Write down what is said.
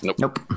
Nope